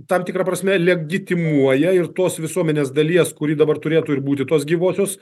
tam tikra prasme legitimuoja ir tos visuomenės dalies kuri dabar turėtų ir būti tos gyvosios